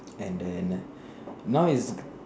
and then now is